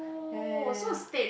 ya